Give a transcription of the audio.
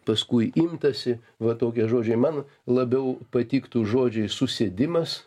paskui imtasi va tokie žodžiai man labiau patiktų žodžiai susėdimas